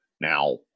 now